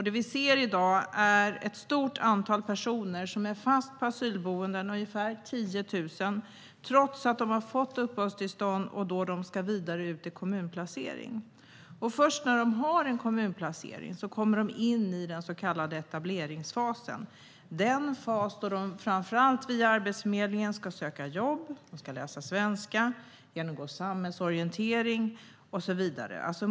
Det vi ser i dag är ett stort antal personer som är fast på asylboendena - ungefär 10 000 - trots att de fått uppehållstillstånd och därmed ska vidare till kommunplacering. Först när de har en kommunplacering kommer de in i den så kallade etableringsfasen, den fas då de framför allt via Arbetsförmedlingen ska söka jobb, läsa svenska, genomgå samhällsorientering och så vidare.